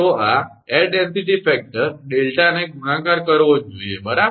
તો આ air density factor ડેલ્ટાને ગુણાકાર કરવો જ જોઇએ બરાબર